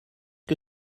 que